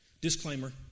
disclaimer